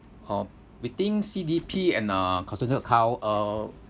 uh between C_D_P and uh custodial account uh